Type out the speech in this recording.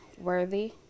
worthy